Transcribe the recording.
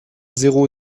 zéro